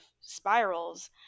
spirals